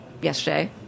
yesterday